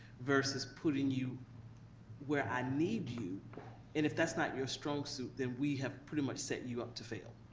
versus putting you where i need you. and if that's not your strong suit, then we have pretty much set you up to fail.